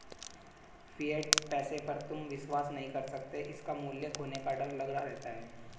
fiat पैसे पर तुम विश्वास नहीं कर सकते इसका मूल्य खोने का डर लगा रहता है